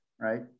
right